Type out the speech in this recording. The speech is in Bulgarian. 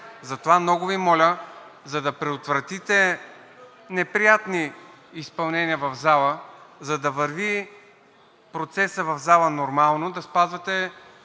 Затова много Ви моля, за да предотвратите неприятни изпълнения в залата, за да върви процесът в залата нормално, да спазвате